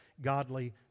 godly